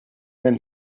then